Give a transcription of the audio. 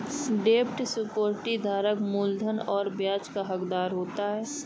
डेब्ट सिक्योरिटी धारक मूलधन और ब्याज का हक़दार होता है